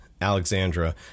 alexandra